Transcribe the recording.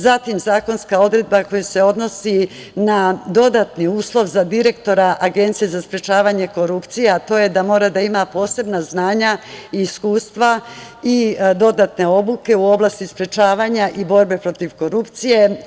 Zatim, zakonska odredba koja se odnosi na dodatni uslov za direktora Agencije za sprečavanje korupcije, a to je da mora da ima posebna znanja, iskustva i dodatne obuke u oblasti sprečavanja i borbe protiv korupcije.